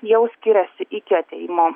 jau skiriasi iki atėjimo